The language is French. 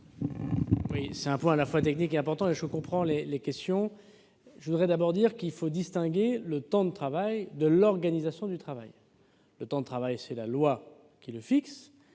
là d'un point à la fois technique et important, et je comprends les questions qu'il suscite. Il faut distinguer le temps de travail de l'organisation du travail. Le temps de travail, c'est la loi qui le fixe.